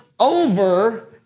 over